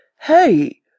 hey